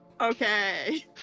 Okay